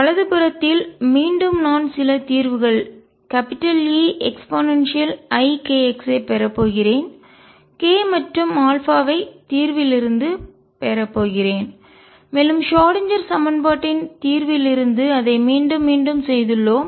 வலதுபுறத்தில் மீண்டும் நான் சில தீர்வுகள் E eikx பெறப் போகிறேன் k மற்றும் α ஐப் தீர்விலிருந்து பெறப் போகிறேன் மேலும் ஷ்ராடின்ஜெர் சமன்பாட்டின் தீர்விலிருந்து அதை மீண்டும் மீண்டும் செய்துள்ளோம்